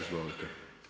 Izvolite.